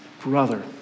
brother